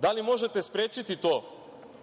Da li možete sprečiti to